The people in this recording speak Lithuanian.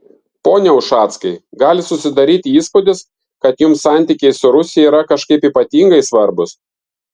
pone ušackai gali susidaryti įspūdis kad jums santykiai su rusija yra kažkaip ypatingai svarbūs